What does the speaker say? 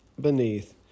beneath